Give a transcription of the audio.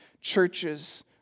churches